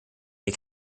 der